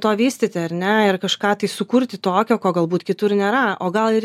to vystyti ar ne ir kažką tai sukurti tokio ko galbūt kitur nėra o gal ir